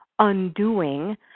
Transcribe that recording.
undoing